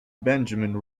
benjamin